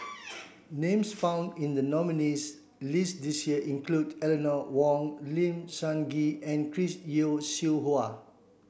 names found in the nominees' list this year include Eleanor Wong Lim Sun Gee and Chris Yeo Siew Hua